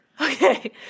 Okay